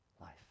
Life